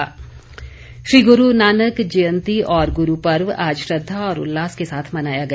प्रकाशोत्सव श्री गुरु नानक जयंती और गुरुपर्व आज श्रद्दा और उल्लास के साथ मनाया गया